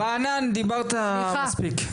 רענן, דיברת מספיק.